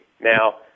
Now